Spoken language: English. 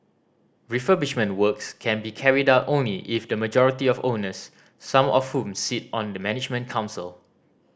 refurbishment works can be carried out only if the majority of owners some of whom sit on the management council